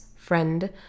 friend